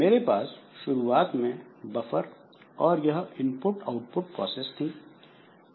मेरे पास शुरुवात में बफर और यह इनपुटआउटपुट प्रोसेस थीं